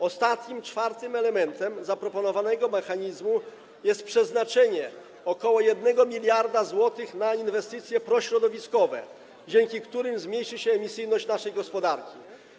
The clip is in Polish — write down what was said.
Ostatnim, czwartym elementem zaproponowanego mechanizmu jest przeznaczenie ok. 1 mld zł na inwestycje prośrodowiskowe, dzięki którym zmniejszy się emisyjność naszej gospodarki.